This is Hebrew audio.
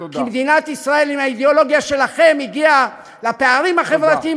כי מדינת ישראל עם האידיאולוגיה שלכם הגיעה לפערים החברתיים